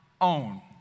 own